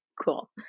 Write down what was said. Cool